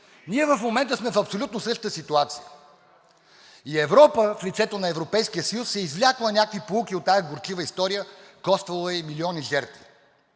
Ние в момента сме в абсолютно същата ситуация и Европа в лицето на Европейския съюз си е извлякла някакви поуки от тази горчива история, коствала ѝ милиони жертви.